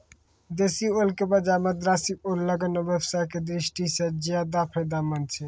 देशी ओल के बजाय मद्रासी ओल लगाना व्यवसाय के दृष्टि सॅ ज्चादा फायदेमंद छै